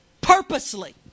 Purposely